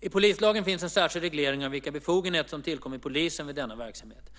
I polislagen finns en särskild reglering av vilka befogenheter som tillkommer polisen vid denna verksamhet.